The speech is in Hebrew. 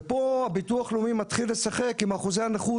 פה הביטוח הלאומי מתחיל לשחק עם אחוזי הנכות,